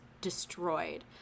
destroyed